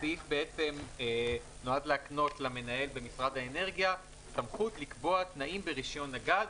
הסעיף נועד להקנות למנהל במשרד האנרגיה סמכות לקבוע תנאים ברישיון הגז,